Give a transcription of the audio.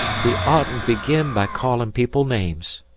he oughtn't begin by calling people names.